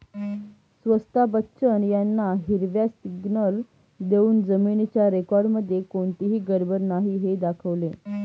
स्वता बच्चन यांना हिरवा सिग्नल देऊन जमिनीच्या रेकॉर्डमध्ये कोणतीही गडबड नाही हे दाखवले